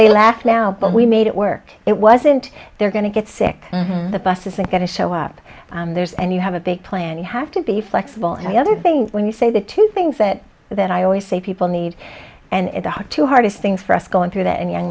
they laugh now but we made it work it wasn't they're going to get sick and the bus isn't going to show up theirs and you have a big plan you have to be flexible and the other thing when you say the two things that that i always say people need and the two hardest things for us going through that and young